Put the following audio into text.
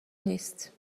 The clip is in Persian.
نیست